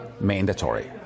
mandatory